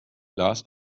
las